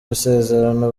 isezerano